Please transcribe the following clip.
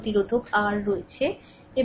এবং কারেন্ট প্রবাহিত হয়